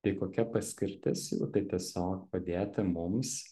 tai kokia paskirtis jų tai tiesiog padėti mums